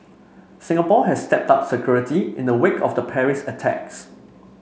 Singapore has stepped up security in the wake of the Paris attacks